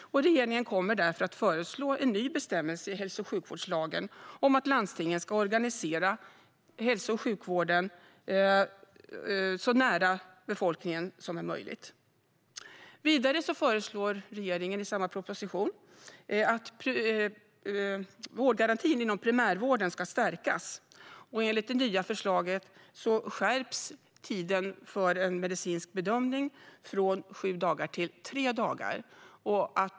Regeringen kommer därför att föreslå en ny bestämmelse i hälso och sjukvårdslagen om att landstingen ska organisera hälso och sjukvården så nära befolkningen som möjligt. Vidare föreslår regeringen i samma proposition att vårdgarantin inom primärvården ska stärkas. Enligt det nya förslaget skärps tiden för en medicinsk bedömning från sju dagar till tre dagar.